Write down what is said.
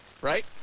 Right